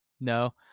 no